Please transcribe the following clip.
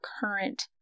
current